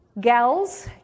gals